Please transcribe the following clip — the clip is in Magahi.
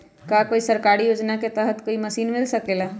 का कोई सरकारी योजना के तहत कोई मशीन मिल सकेला?